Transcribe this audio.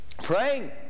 Praying